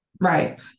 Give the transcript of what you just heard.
Right